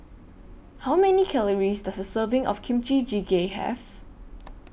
How Many Calories Does A Serving of Kimchi Jjigae Have